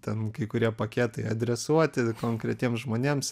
ten kai kurie paketai adresuoti konkretiem žmonėms